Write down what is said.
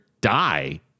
die